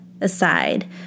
aside